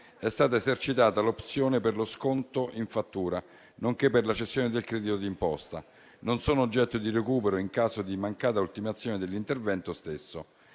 è stata esercitata l'opzione per lo sconto in fattura nonché per la cessione del credito d'imposta, non sono oggetto di recupero in caso di mancata ultimazione dell'intervento stesso.